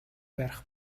барих